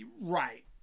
right